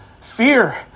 Fear